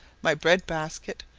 my bread basket,